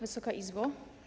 Wysoka Izbo!